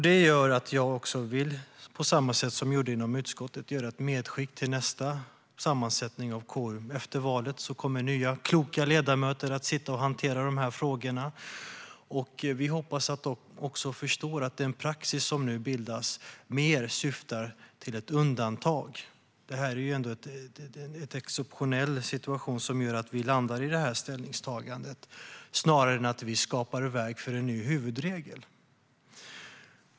Det gör att jag också, på samma sätt som jag gjorde inom utskottet, vill göra ett medskick till nästa sammansättning av KU. Efter valet kommer nya, kloka ledamöter att hantera de här frågorna. Vi hoppas att de då också förstår att den praxis som nu bildas mer syftar till ett undantag. Det är en exceptionell situation som gör att vi landar i det här ställningstagandet snarare än att vi skapar väg för en ny huvudregel.